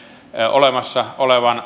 olemassa olevaan